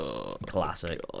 classic